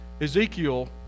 Ezekiel